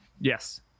Yes